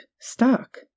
stuck